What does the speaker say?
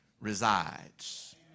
resides